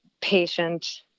patient